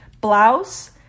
blouse